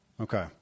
Okay